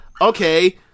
okay